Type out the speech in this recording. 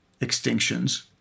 extinctions